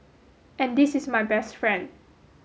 and this is my best friend